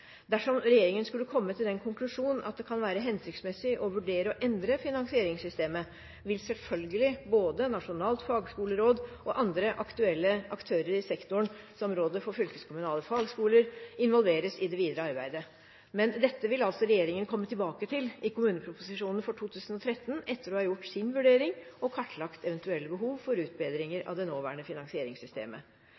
Dersom regjeringen skulle komme til den konklusjon at det kan være hensiktsmessig å vurdere å endre finansieringssystemet, vil selvfølgelig både Nasjonalt fagskoleråd og andre aktuelle aktører i sektoren, som Rådet for fylkeskommunale fagskoler, involveres i det videre arbeidet. Men dette vil altså regjeringen komme tilbake til i kommuneproposisjonen for 2013 etter å ha gjort sin vurdering og kartlagt eventuelle behov for utbedringer